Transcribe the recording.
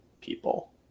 people